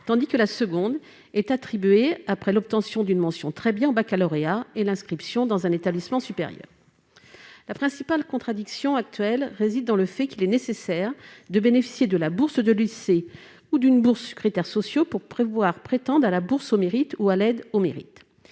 tandis que la seconde est attribuée après l'obtention d'une mention « très bien » au baccalauréat et l'inscription dans un établissement supérieur. La principale contradiction actuelle réside dans le fait qu'il est nécessaire de bénéficier de la bourse de lycée ou d'une bourse sur critères sociaux pour pouvoir prétendre à la bourse au mérite ou à l'aide au mérite.